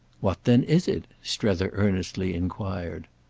what then is it? strether earnestly enquired.